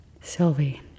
Sylvie